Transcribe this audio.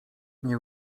nie